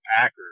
Packers